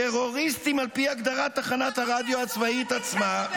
טרוריסטים על פי הגדרת תחנת הרדיו הצבאית עצמה -- אדוני,